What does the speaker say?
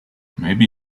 maybe